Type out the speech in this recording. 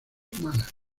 humanas